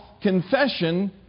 confession